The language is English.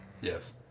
Yes